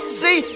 see